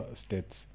states